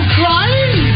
crying